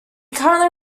currently